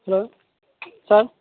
hello sir